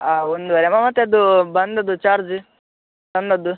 ಹಾಂ ಒಂದ್ವರೆ ಮತ್ತೆ ಅದು ಬಂದದ್ದು ಚಾರ್ಜ್ ತಂದದ್ದು